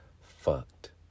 fucked